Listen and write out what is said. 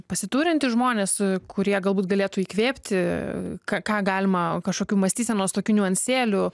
pasiturintys žmonės kurie galbūt galėtų įkvėpti ka ką galima kažkokių mąstysenos tokių niuansielių